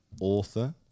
author